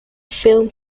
film